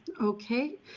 okay